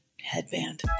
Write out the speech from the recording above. headband